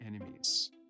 enemies